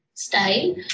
style